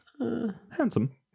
Handsome